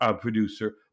producer